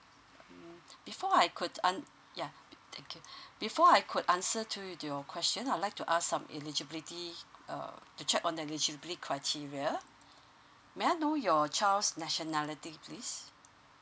mm before I could ans~ yeah thank you before I could answer to your question I would like to ask some eligibility uh to check on the eligibility criteria may I know your child's nationality please